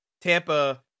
Tampa